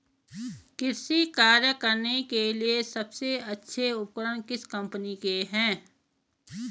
कृषि कार्य करने के लिए सबसे अच्छे उपकरण किस कंपनी के हैं?